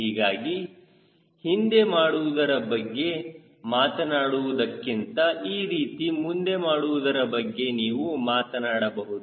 ಹೀಗಾಗಿ ಹಿಂದೆ ಮಾಡುವುದರ ಬಗ್ಗೆ ಮಾತನಾಡುವುದಕ್ಕಿಂತ ಈ ರೀತಿ ಮುಂದೆ ಮಾಡುವುದರ ಬಗ್ಗೆ ನೀವು ಮಾತನಾಡಬಹುದು